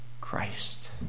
Christ